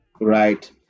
right